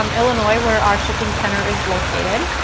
um illinois where our shipping center is located.